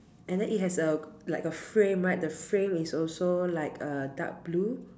and then it has a like a frame right the frame is also like uh dark blue